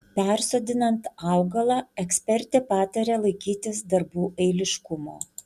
persodinant augalą ekspertė pataria laikytis darbų eiliškumo